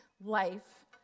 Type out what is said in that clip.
life